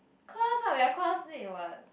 of course lah we are classmate what